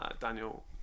Daniel